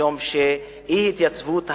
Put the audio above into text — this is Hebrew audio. משום שאי-התייצבות השר,